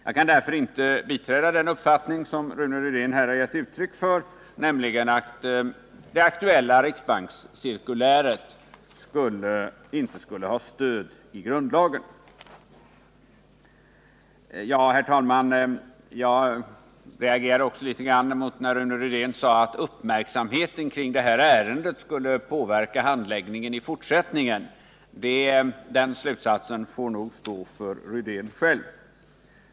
Jag kan därför inte biträda den uppfattning som Rune Rydén har gett uttryck för, nämligen att det aktuella riksbankscirkuläret inte skulle ha stöd i grundlagen. Herr talman! Jag reagerade litet grand när Rune Rydén sade att uppmärk samheten kring det här ärendet skulle påverka handläggningen i fortsättningen. Den slutsatsen får nog stå för Rune Rydéns egen räkning.